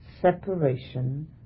separation